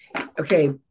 Okay